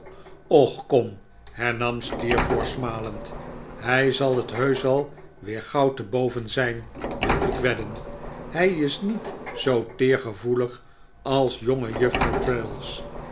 och kom hernam steerforth smalend hij zal het heusch wel weer gauw te boven zijn wil ik wedden hij is niet zoo teergevoelig als jongejuffrouw